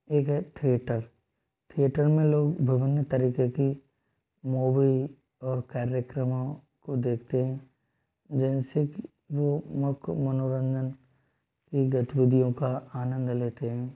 एक है थिएटर में लोग विभिन्न तरीके की मूवी और कार्यक्रमों को देखते हैं जिनसे कि वो मनोरंजन की गतिविधियों का आनंद लेते हैं